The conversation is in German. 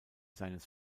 seines